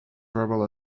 verbal